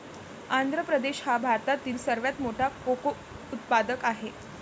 आंध्र प्रदेश हा भारतातील सर्वात मोठा कोको उत्पादक आहे